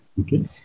Okay